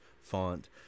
font